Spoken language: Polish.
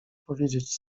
powiedzieć